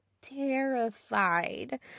terrified